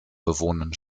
bewohnen